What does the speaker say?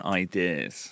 ideas